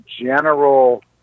general